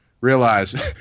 realize